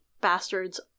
bastards